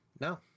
no